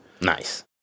Nice